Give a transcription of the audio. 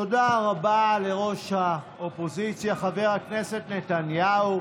תודה רבה לראש האופוזיציה חבר הכנסת נתניהו.